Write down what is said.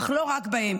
אך לא רק בהם